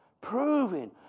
Proving